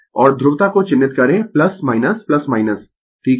और ध्रुवता को चिह्नित करें ठीक है